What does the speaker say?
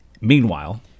Meanwhile